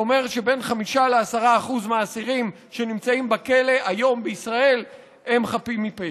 שאומר שבין 5% ל-10% מהאסירים שנמצאים בכלא היום בישראל הם חפים מפשע.